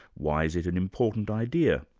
why is it an important idea?